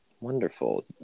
wonderful